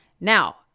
Now